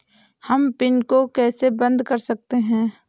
हम पिन को कैसे बंद कर सकते हैं?